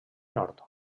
nord